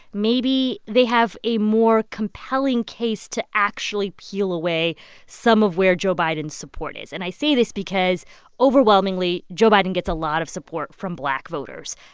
maybe they have a more compelling case to actually peel away some of where joe biden's support is. and i say this because overwhelmingly, joe biden gets a lot of support from black voters.